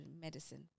medicine